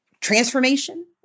transformation